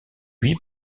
huit